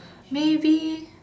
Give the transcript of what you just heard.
maybe